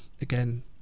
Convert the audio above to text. again